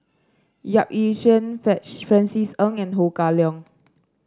Yap Ee Chian Francis Ng and Ho Kah Leong